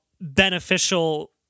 beneficial